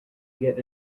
get